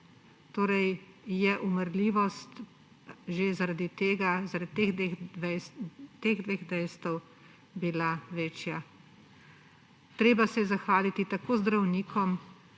Torej je umrljivost že zaradi tega, zaradi teh dveh dejstev bila večja. Treba se je zahvaliti tako zdravnikom